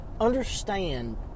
Understand